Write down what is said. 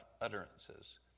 utterances